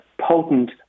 potent